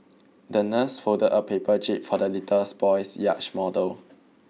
the nurse folded a paper jib for the little's boy's yacht model